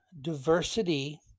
diversity